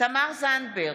תמר זנדברג,